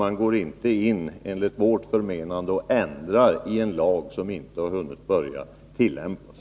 Enligt vårt förmenande går man inte in och ändrar i en lag som ännu inte börjat tillämpas.